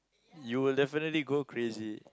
you will definitely go crazy